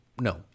no